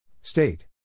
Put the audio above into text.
State